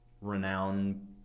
renowned